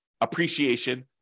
appreciation